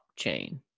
blockchain